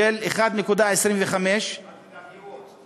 של 1.25, אל תדאג, יהיו עוד.